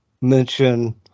mention